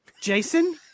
Jason